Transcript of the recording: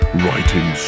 writing